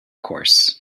course